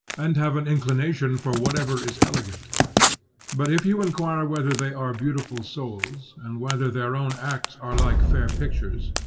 and have an inclination for whatever is elegant but if you inquire whether they are beautiful souls, and whether their own acts are like fair pictures,